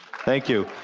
thank you,